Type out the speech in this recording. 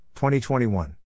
2021